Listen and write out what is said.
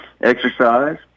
exercise